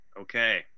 Okay